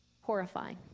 horrifying